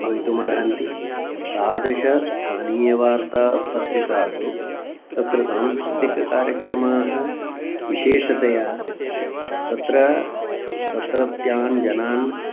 भवितुमर्हन्ति तादृशीषु स्थानीयवार्तापत्रिकासु तत्र सांस्कृतिककार्यक्रमाः विशेषतया तत्र तत्रत्यान् जनान्